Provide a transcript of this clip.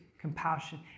compassion